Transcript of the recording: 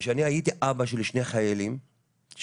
וכשאני הייתי אבא של שני חיילים שבאותה